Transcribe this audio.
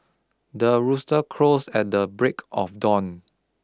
the rooster crows at the break of dawn